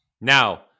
Now